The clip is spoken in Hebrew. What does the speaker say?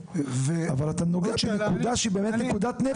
אבל אתה נוגע בנקודה שהיא באמת נקודת נפץ.